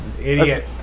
Idiot